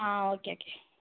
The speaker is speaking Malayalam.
ആ ഓക്കെ ഓക്കെ